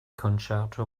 concerto